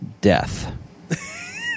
death